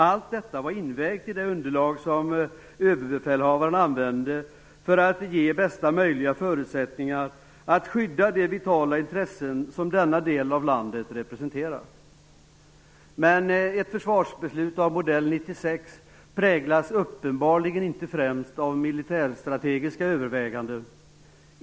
Allt detta hade vägts in i det underlag som överbefälhavaren använde för att ge bästa möjliga förutsättningar att skydda de vitala intressen som denna del av landet representerar. Men försvarsbeslutet av modell 1996 präglas uppenbarligen inte främst av militärstrategiska överväganden.